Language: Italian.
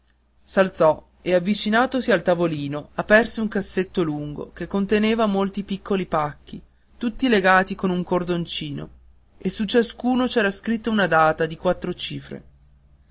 bottini s'alzò e avvicinatosi al tavolino aperse un cassetto lungo che conteneva molti piccoli pacchi tutti legati con un cordoncino e su ciascuno c'era scritta una data di quattro cifre